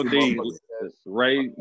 Right